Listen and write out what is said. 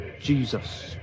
Jesus